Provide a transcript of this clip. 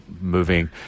moving